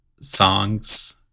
songs